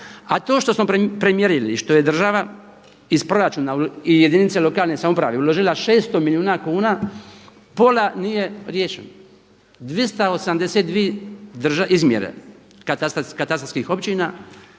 A to što smo premjerili i što je država iz proračuna i jedinice lokalne samouprave uložila 600 milijuna kuna pola nije riješeno, 282 izmjere katastarskih općina